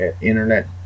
internet